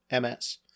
MS